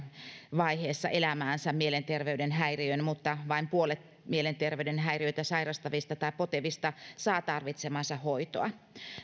vaiheessa elämäänsä mielenterveyden häiriön mutta vain puolet mielenterveyden häiriöitä sairastavista tai potevista saa tarvitsemaansa hoitoa